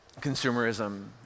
consumerism